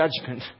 judgment